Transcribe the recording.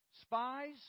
spies